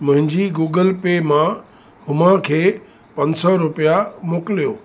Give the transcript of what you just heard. मुहिंजी Google Pay मां हुमा खे पंज सौ रुपिया मोकिलियो